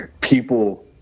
people